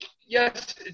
yes